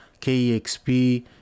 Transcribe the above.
kexp